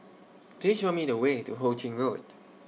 Please Show Me The Way to Ho Ching Road